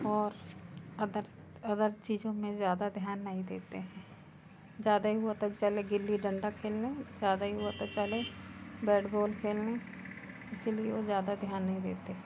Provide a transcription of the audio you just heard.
और other other चीज़ों में ज़्यादा ध्यान नहीं देते हैं ज़्यादा ही हो तो चलो गिल्ली डंडा खेलने ज़्यादा ही हो तो चले बैट बॉल खेलें इसीलिए वे ज़्यादा ध्यान नहीं देते